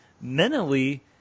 mentally